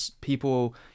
people